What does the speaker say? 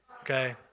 Okay